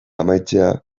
amaitzea